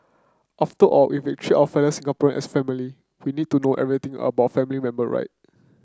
after all if we treat our fellow Singaporean as family we need to know everything about our family member right